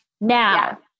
now